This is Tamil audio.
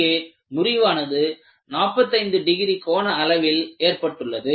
இங்கே முறிவானது 45 டிகிரி கோண அளவில் ஏற்பட்டுள்ளது